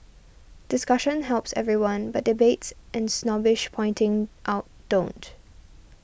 discussion helps everyone but debates and snobbish pointing out don't